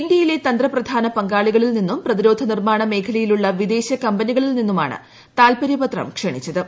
ഇന്ത്യയിലെ തന്ത്രപ്രധാന പങ്കാളികളിൽ നിന്നും പ്രതിരോധനിർമാണ മേഖലയിലുള്ള വിദേശകമ്പനികളിൽ നിന്നുമാണ് താല്പര്യപത്രം ക്ഷണിച്ചത്